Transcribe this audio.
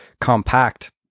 compact